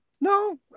No